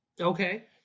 Okay